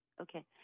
okay